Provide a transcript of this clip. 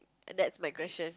that's my question